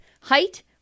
height